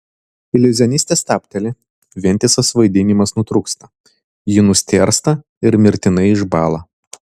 iliuzionistė stabteli vientisas vaidinimas nutrūksta ji nustėrsta ir mirtinai išbąla